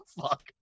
fuck